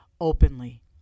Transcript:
openly